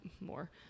More